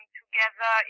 together